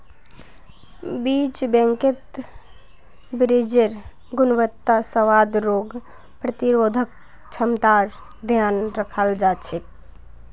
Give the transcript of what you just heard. बीज बैंकत बीजेर् गुणवत्ता, स्वाद, रोग प्रतिरोधक क्षमतार ध्यान रखाल जा छे